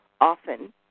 Often